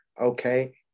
Okay